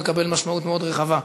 מקבל משמעות מאוד רחבה.